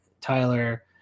Tyler